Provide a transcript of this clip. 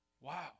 Wow